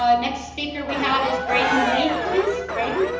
ah next speaker we have is braden league, please braden?